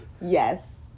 Yes